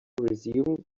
resume